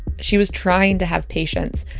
she was trying to have patience.